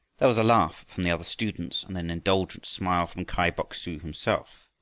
there was a laugh from the other students and an indulgent smile from kai bok-su himself.